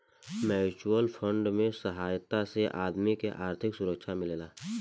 mutual fund के सहायता से आदमी के आर्थिक सुरक्षा मिलेला